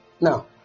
Now